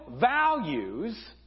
values